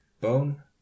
Bone